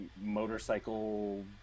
motorcycle